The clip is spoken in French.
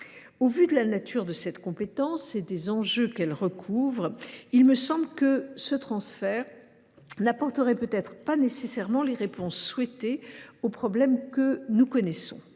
au vu de la nature de cette compétence et des enjeux qu’elle recouvre, il me semble que ce transfert n’apporterait peut être pas les réponses souhaitées aux problèmes que nous connaissons.